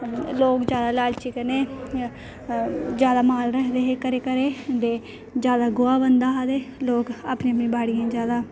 लोग जैदा लालची कन्नै जैदा माल रखदे हे घरें घरें दे जैदा गोहा बनदा हा ते लोक अपनी अपनिएं बाड़ियें जैदा